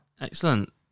Excellent